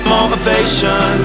Motivation